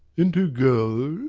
into gold?